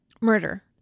murder